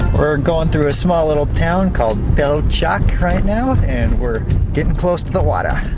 we're going through a small little town called telchac right now and we're getting close to the water.